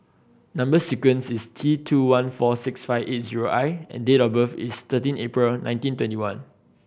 number sequence is T two one four six five eight zero I and date of birth is thirteen April nineteen twenty one